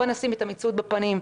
בוא נשים את המציאות בפנים,